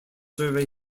survey